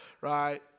right